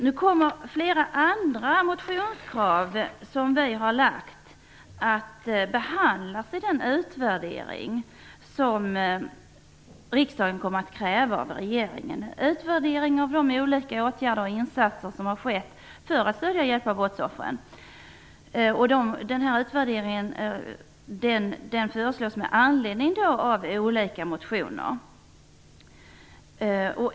Nu kommer flera andra motionskrav som vi har rest att behandlas i en utvärdering som riksdagen kommer att kräva av regeringen, en utvärdering av de olika åtgärder som har vidtagits och de insatser som har gjorts för att hjälpa brottsoffren. Utvärderingen föreslås med anledning av olika motioner.